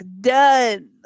done